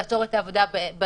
שהוא יעצור את העבודה באמצע.